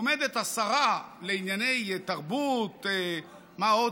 עומדת השרה לענייני תרבות, ומה עוד?